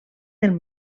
del